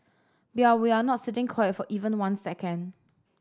we are we are not sitting quiet for even one second